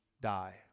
die